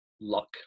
Luck